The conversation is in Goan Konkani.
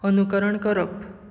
अनुकरण करप